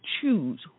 choose